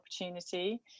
opportunity